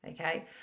okay